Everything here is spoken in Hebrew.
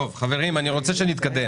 טוב חברים, אני רוצה שנתקדם.